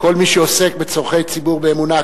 כל מי שעוסק בצורכי ציבור באמונה,